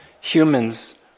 humans